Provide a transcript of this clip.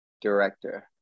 director